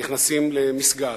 נכנסים למסגד,